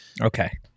Okay